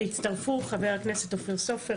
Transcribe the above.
--- הצטרפו חבר הכנסת אופיר סופר,